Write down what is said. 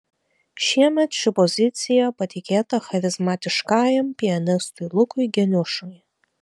šiemet ši pozicija patikėta charizmatiškajam pianistui lukui geniušui